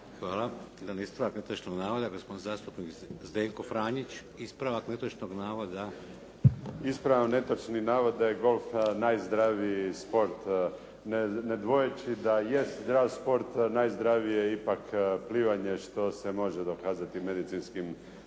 Ispravljam netočni navod da je golf najzdraviji sport. Ne dvojeći da jest zdrav sport, a najzdravije je ipak plivanje što se može dokazati medicinskim statistikama.